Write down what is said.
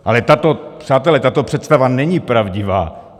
Ale přátelé, tato představa není pravdivá.